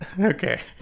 Okay